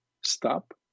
stop